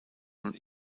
und